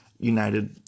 United